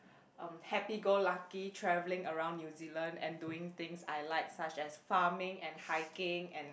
um happy go lucky travelling around New Zealand and doing things I like such as farming and hiking and